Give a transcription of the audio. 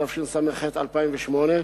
התשס"ח 2008,